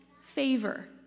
favor